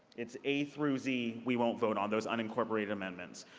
it's a through z. we won't vote on those unincorporated amendments.